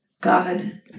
God